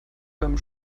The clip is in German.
beim